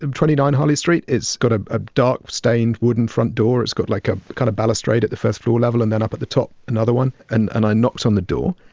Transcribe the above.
um twenty-nine harley street, it's got ah a dark-stained wooden front door. it's got like a kind of balustrade at the first-floor level and then up at the top another one. and and i knocked on the door.